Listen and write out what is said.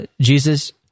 Jesus